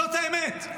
זאת האמת,